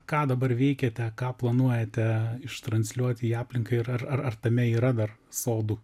ką dabar veikiate ką planuojate ištransliuoti į aplinką ir ar ar ar tame yra dar sodų